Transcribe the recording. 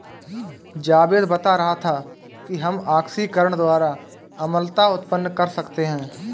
जावेद बता रहा था कि हम ऑक्सीकरण द्वारा अम्लता उत्पन्न कर सकते हैं